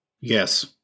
Yes